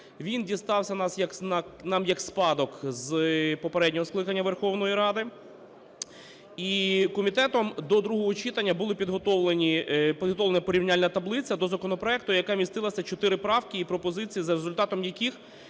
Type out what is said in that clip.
Він дістався нам як спадок з попереднього скликання Верховної Ради і комітетом до другого читання були підготовлені… підготовлена порівняльна таблиця до законопроекту, яка містила чотири правки і пропозиції, за результатами яких